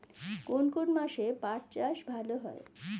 কোন কোন মাসে পাট চাষ ভালো হয়?